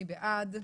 מי בעד?